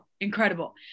incredible